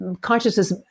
consciousness